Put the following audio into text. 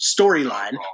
storyline